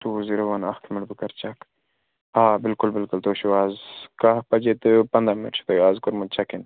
two zero one اَکھ minute بہٕ کر چیٚک آ بلکل بلکل تۄہہِ چھُو آز کاہ بجے تہٕ پنٛداہ منٹ چھُو تۄہہِ آز کوٚرمُت چیٚک اِن